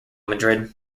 madrid